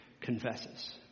confesses